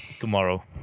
tomorrow